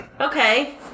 Okay